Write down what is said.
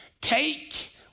take